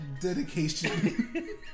dedication